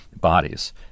bodies